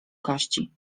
kości